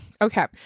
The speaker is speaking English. Okay